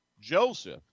Joseph